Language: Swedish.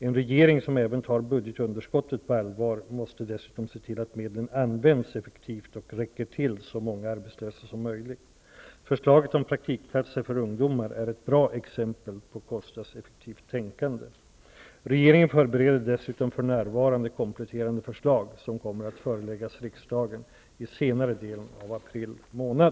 En regering, som även tar budgetunderskottet på allvar, måste dessutom se till att medlen används effektivt och räcker till så många arbetslösa som möjligt. Förslaget om praktikplatser för ungdomar är ett bra exempel på kostnadseffektivt tänkande. Regeringen förbereder dessutom för närvarande kompletterande förslag som kommer att föreläggas riksdagen i senare delen av april månad.